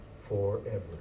forever